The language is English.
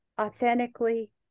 authentically